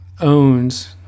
owns